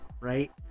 right